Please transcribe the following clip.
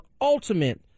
ultimate